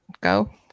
Go